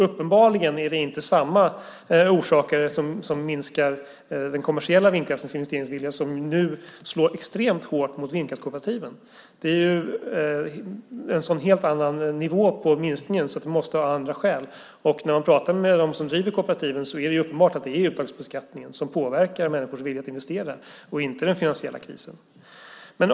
Uppenbarligen är det inte samma orsak till den minskade investeringsviljan i kommersiell vindkraft som i de hårt drabbade vindkraftkooperativen. Det är på en helt annan nivå och måste ha andra skäl. När man talar med dem som driver kooperativen är det uppenbart att det är uttagsbeskattningen som påverkar människors vilja att investera och inte den finansiella krisen.